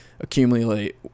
accumulate